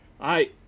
I-